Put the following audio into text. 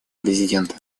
президента